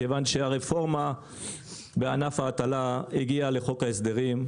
מכיוון שהרפורמה בענף ההטלה הגיעה לחוק ההסדרים,